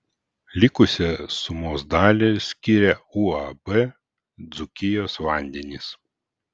likusią sumos dalį skiria uab dzūkijos vandenys